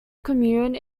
commune